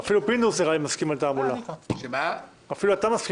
שאנחנו נחזור לאותה טכניקה שבה הכנסת